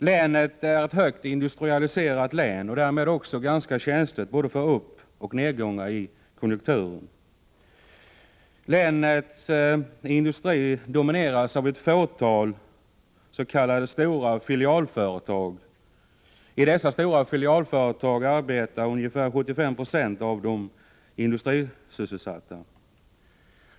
Länet är ett högindustrialiserat län och därmed ganska känsligt för både uppoch nedgångar i konjunkturen. Länets industri domineras av ett fåtal stora s.k. filialföretag. I dessa stora filialföretag arbetar ungefär 75 90 av industrisysselsatta.